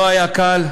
לא היה קל.